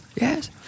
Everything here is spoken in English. Yes